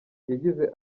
yagize